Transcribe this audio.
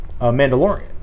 Mandalorian